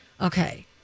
Okay